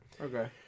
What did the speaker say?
okay